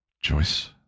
Joyce